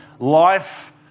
life